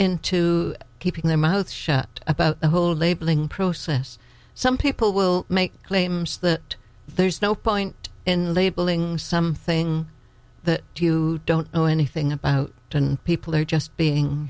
into keeping their mouth shut about the whole labeling process some people will make claims that there's no point in labeling something that you don't know anything about and people are just being